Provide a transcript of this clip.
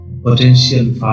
potential